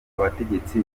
abategetsi